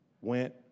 went